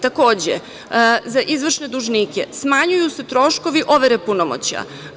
Takođe, za izvršne dužnike smanjuju se troškovi overe punomoćja.